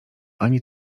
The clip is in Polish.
ani